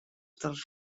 dels